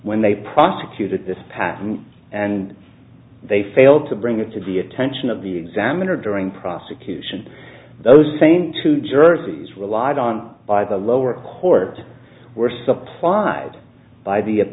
when they prosecuted this patent and they failed to bring it to the attention of the examiner during prosecution those same two jerseys relied on by the lower court were supplied by